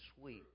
sweet